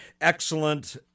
excellent